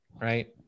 right